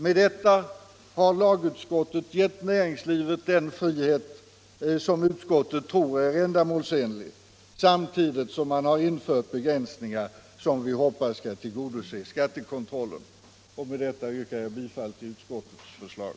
Med detta har utskottet gett näringslivet den frihet som utskottet tror är ändamålsenlig samtidigt som begränsningar föreslagits som vi hoppas skall tillgodose skattekontrollen. Med detta yrkar jag bifall till utskottets hemställan.